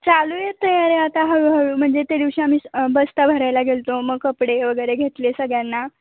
चालू आहे तयारी आता हळूहळू म्हणजे त्या दिवशी आम्ही बस्ता भरायला गेलो होतो मग कपडे वगैरे घेतले सगळ्यांना